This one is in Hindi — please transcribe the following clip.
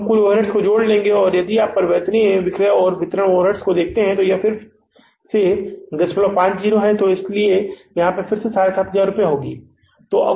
तो हमें कुल जोड़ ओवरहेड्स होंगे इसलिए यदि आप परिवर्तनीय विक्रय और वितरण ओवरहेड्स को फिर से लेते हैं तो यह 050 है और यह राशि फिर से 7500 रुपये है